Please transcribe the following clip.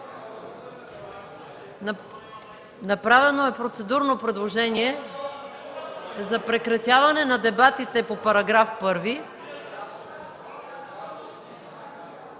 Направено е процедурно предложение за прекратяване на дебатите по §